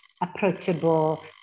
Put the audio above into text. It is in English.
approachable